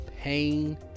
pain